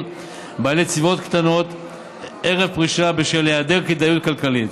בעלי צבירות קטנות ערב פרישה בשל היעדר כדאיות כלכלית,